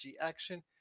action